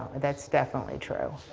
that is definitely true.